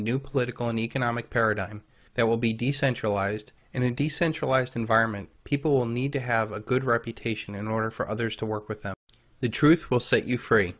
new political and economic paradigm that will be decentralized and in decentralized environment people need to have a good reputation in order for others to work with them the truth will set you free